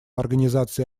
организации